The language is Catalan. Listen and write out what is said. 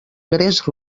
gres